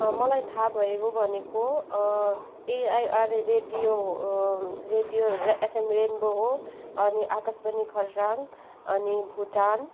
मलाई थाहा भएको भनेको एआइआर रेडियो हो रेडियो एफएम रेन्बो हो अनि आकाशवाणी खरसाङ अनि भुटान